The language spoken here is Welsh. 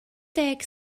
deg